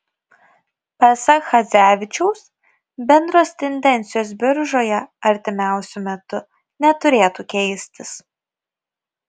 pasak chadzevičiaus bendros tendencijos biržoje artimiausiu metu neturėtų keistis